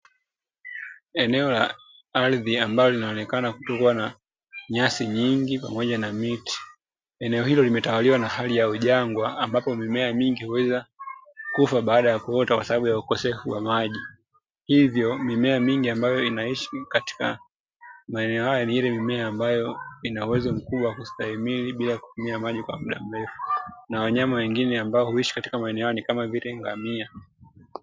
Eneo la ardhi ambalo linoloonekana kutokuwa na nyasi nyingi pamoja na miti, eneo hilo limetawaliwa na hali ya ujangwa ambapo mimea mingi huweza kufa baada ya kuota kwa sababu ya ukosefu wa maji, hivyo mimea mingi ambayo inaishi katika maeneo hayo ni ile mimea ambayo inayoweza kustahimili bila kutumia maji kwa muda mrefu. Na wanyama wengine ambao huishi katika maeneo hayo ni kama vile Ngamia.